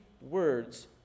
words